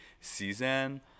season